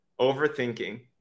overthinking